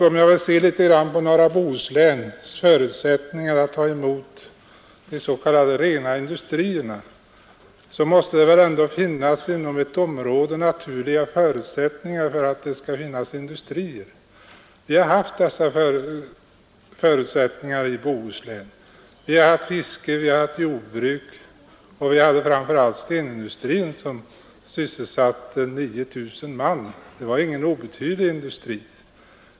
Om vi ser på norra Bohusläns förutsättningar att ta emot s.k. rena industier fär vi ju ändå säga att det inom ett område mäste finnas naturliga förutsättningar för att kunna förlägga industrier dit. Vi har haft dessa industrier i Bohuslän: fiske, jordbruk, stenindustri — framför allt den sistnämnda, som en gång sysselsatte 9 000 man; det var alltså ingen obetydlig industri.